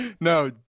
No